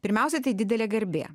pirmiausia tai didelė garbė